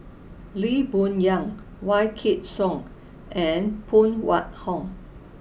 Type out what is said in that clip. Lee Boon Yang Wykidd Song and Phan Wait Hong